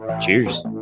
Cheers